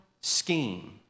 scheme